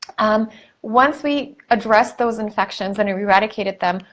um once we address those infections and irradiated them,